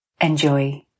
Enjoy